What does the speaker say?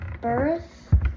birth